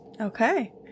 Okay